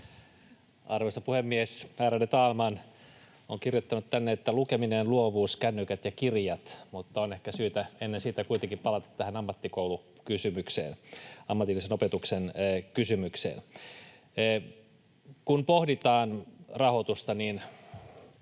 Arvoisa puhemies, ärade talman! Olen kirjoittanut tänne, että ”lukeminen”, ”luovuus”, ”kännykät” ja ”kirjat”, mutta on ehkä syytä ennen sitä kuitenkin palata tähän ammattikoulukysymykseen, ammatillisen opetuksen kysymykseen. Kun pohditaan rahoitusta, niin